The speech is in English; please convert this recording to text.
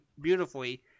beautifully